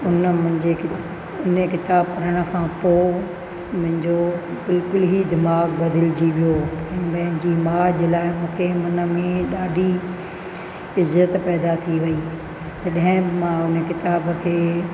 इन मुंहिंजे उन किताबु पढ़ण खां पोइ मुंहिंजो बिल्कुलु ई दिमाग़ु बदिलिजी वियो की मुंहिंजी माउ जे लाइ मूंखे मन में ॾाढी इज़त पैदा थी वई तॾहिं मां उन किताब खे